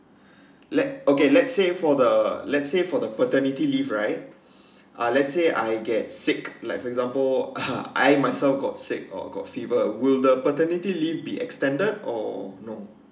let okay let's say for the let's say for the paternity leave right uh let's say I get sick like for example I myself got sick or got fever will the paternity leave be extended or no